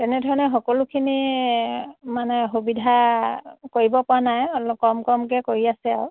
তেনেধৰণে সকলোখিনি মানে সুবিধা কৰিব পৰা নাই অলপ কম কমকৈ কৰি আছে আৰু